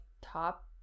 top